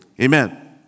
Amen